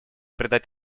придать